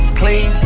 clean